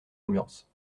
ambiance